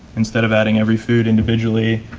instead of adding every food individually.